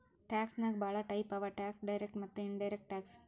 tax ನಾಗ್ ಭಾಳ type ಅವಾ ಟ್ಯಾಕ್ಸ್ ಡೈರೆಕ್ಟ್ ಮತ್ತ ಇನಡೈರೆಕ್ಟ್ ಟ್ಯಾಕ್ಸ್